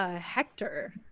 Hector